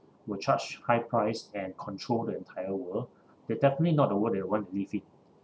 will charge high price and control the entire world that definitely not a world that we want to live in